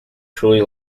truly